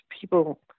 people